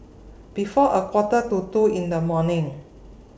before A Quarter to two in The morning